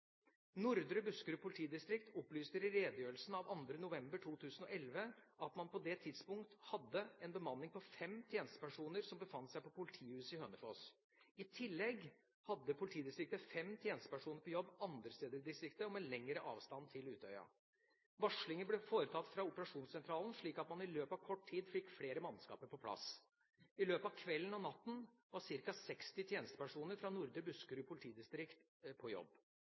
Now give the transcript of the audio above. Nordre Buskerud politidistrikt opplyser i redegjørelse av 2. november 2011 at man på det tidspunktet hadde en bemanning på fem tjenestepersoner som befant seg på politihuset i Hønefoss. I tillegg hadde politidistriktet fem tjenestepersoner på jobb andre steder i distriktet og med lengre avstand til Utøya. Varslinger ble foretatt fra operasjonssentralen, slik at man i løpet av kort tid fikk flere mannskaper på plass. I løpet av kvelden og natten var ca. 60 tjenestepersoner fra Nordre Buskerud politidistrikt på jobb.